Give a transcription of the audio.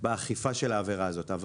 באכיפה של העבירה הזאת.